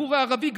בציבור הערבי?